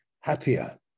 happier